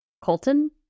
Colton